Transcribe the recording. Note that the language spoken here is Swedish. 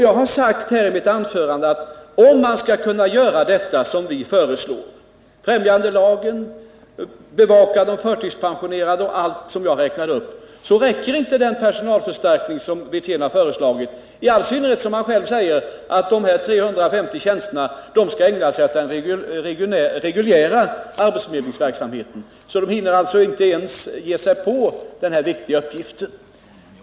Jag sade i mitt anförande att om man skall kunna åstadkomma det vi föreslår — främjandelagen, bevakande av förtidspensionerade och allt det jag räknade upp — räcker inte den personalförstärkning som herr Wirtén har föreslagit, i synnerhet som han själv säger att de 350 tjänsterna skall ägnas den reguljära arbetsförmedlingsverksamheten. De hinner då inte ens ge sig på den här viktiga uppgiften.